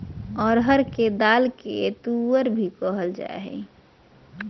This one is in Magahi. अरहर के दाल के तुअर भी कहल जाय हइ